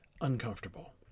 uncomfortable